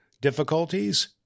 difficulties